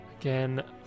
Again